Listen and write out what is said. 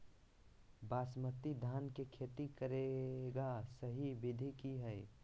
बासमती धान के खेती करेगा सही विधि की हय?